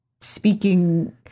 speaking